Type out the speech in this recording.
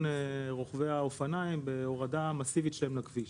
רוכבי האופניים בהורדה מסיבית שלהם לכביש.